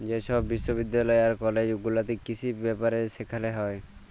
যে ছব বিশ্ববিদ্যালয় আর কলেজ গুলাতে কিসি ব্যাপারে সেখালে হ্যয়